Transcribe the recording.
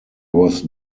was